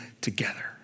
together